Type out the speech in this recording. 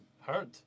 hurt